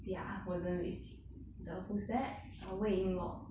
ya wasn't with the who's that err wei ying luo